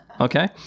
okay